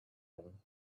him